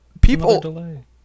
people-